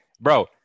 bro –